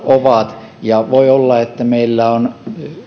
ovat piilossa ja voi olla että meillä on